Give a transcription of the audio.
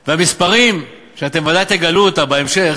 והמספרים, שאתם ודאי תגלו אותם בהמשך,